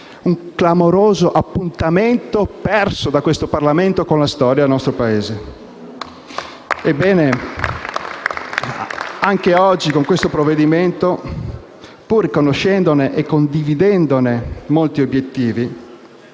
un clamoroso appuntamento perso da questo Parlamento con la storia del nostro Paese. *(Applausi dal Gruppo M5S)*. Ebbene, anche oggi con questo provvedimento, pur riconoscendone e condividendone molti obiettivi,